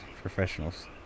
professionals